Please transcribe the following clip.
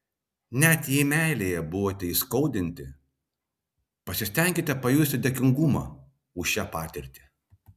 net jei meilėje buvote įskaudinti pasistenkite pajusti dėkingumą už šią patirtį